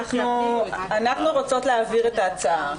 אנחנו רוצות להעביר את ההצעה.